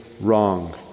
wrong